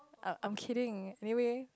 uh I'm kidding anyway